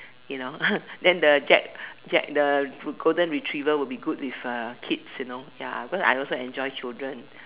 you know then the jack jack the golden-retriever will be good with kids you know ya because I also enjoy children